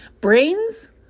Brains